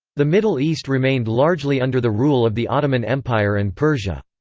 the middle east remained largely under the rule of the ottoman empire and persia.